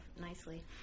nicely